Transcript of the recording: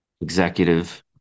executive